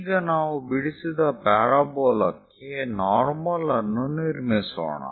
ಈಗ ನಾವು ಬಿಡಿಸಿದ ಪ್ಯಾರಾಬೋಲಾ ಕ್ಕೆ ನಾರ್ಮಲ್ ಅನ್ನು ನಿರ್ಮಿಸೋಣ